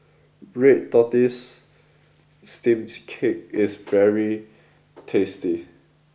Red Tortoise Steamed Cake is very tasty